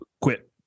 quit